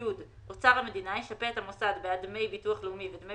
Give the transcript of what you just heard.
(י)אוצר המדינה ישפה את המוסד בעד דמי ביטוח לאומי ודמי